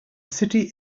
city